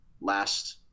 last